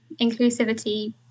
inclusivity